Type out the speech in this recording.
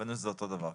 וענינו שזה אותו דבר.